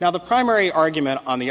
now the primary argument on the